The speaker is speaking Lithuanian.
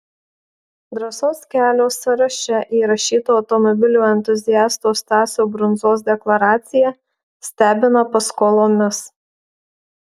drąsos kelio sąraše įrašyto automobilių entuziasto stasio brundzos deklaracija stebina paskolomis